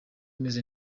umeze